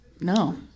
No